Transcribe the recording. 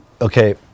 Okay